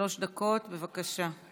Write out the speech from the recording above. שלוש דקות, בבקשה.